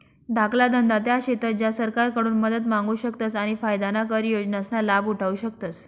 धाकला धंदा त्या शेतस ज्या सरकारकडून मदत मांगू शकतस आणि फायदाना कर योजनासना लाभ उठावु शकतस